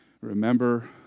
Remember